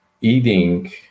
eating